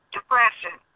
Depression